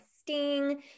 Sting